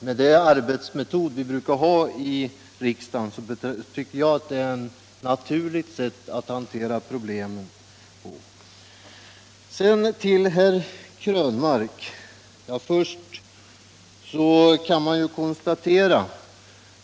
Med den arbetsmetod vi brukar ha i riksdagen är detta ett naturligt sätt att hantera problemet. Sedan några ord till herr Krönmark.